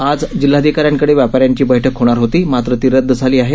आज जिल्हाधिकाऱ्यांकडे व्यापाऱ्यांची बैठक होणार होती मात्र ती रदद झाली आहे